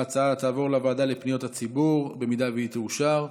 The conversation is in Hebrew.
ההצעה תעבור לוועדה לפניות הציבור, אם היא תאושר.